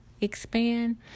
expand